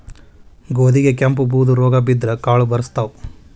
ಗೋಧಿಗೆ ಕೆಂಪು, ಬೂದು ರೋಗಾ ಬಿದ್ದ್ರ ಕಾಳು ಬರ್ಸತಾವ